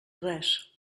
res